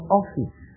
office